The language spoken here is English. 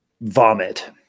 vomit